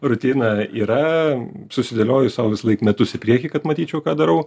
rutina yra susidėlioju sau visąlaik metus į priekį kad matyčiau ką darau